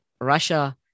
Russia